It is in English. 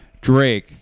Drake